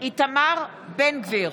איתמר בן גביר,